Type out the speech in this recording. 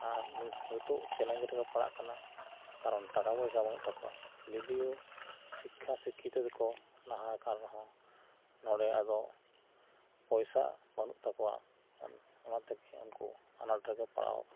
ᱟᱨ ᱱᱤᱛᱚᱜ ᱪᱮᱞᱮᱧᱡᱽ ᱨᱮ ᱠᱚ ᱯᱟᱲᱟᱜ ᱠᱟᱱᱟ ᱠᱟᱨᱚᱱ ᱴᱟᱠᱟ ᱯᱟᱭᱥᱟ ᱵᱟᱹᱱᱩᱜ ᱛᱟᱠᱚᱣᱟ ᱡᱩᱫᱤᱭᱚ ᱥᱤᱠᱠᱷᱟ ᱥᱤᱠᱠᱷᱤᱠᱟ ᱛᱮ ᱫᱚ ᱠᱚ ᱞᱟᱦᱟ ᱟᱠᱟᱱ ᱨᱮᱦᱚᱸ ᱱᱚᱲᱮ ᱟᱫᱚ ᱯᱚᱭᱥᱟ ᱵᱟᱹᱱᱩᱜ ᱛᱟᱠᱚᱣᱟ ᱚᱱᱟ ᱛᱮ ᱜᱮ ᱩᱱᱠᱩ ᱟᱱᱟᱴ ᱨᱮ ᱠᱚ ᱯᱟᱲᱟᱣ ᱟᱠᱟᱱᱟ